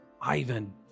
Ivan